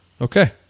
okay